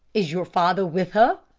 is your father with her?